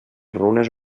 runes